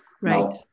Right